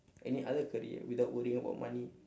any other career without worrying about money